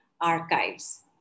archives